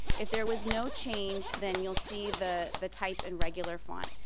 if there was no change, then you'll see the the type in regular font.